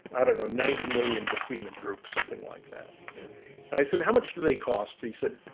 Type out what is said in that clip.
i don't know, ninety million between the group. something like that. and i said, how much do they cost? he said,